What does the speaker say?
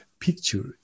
picture